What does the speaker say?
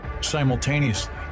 Simultaneously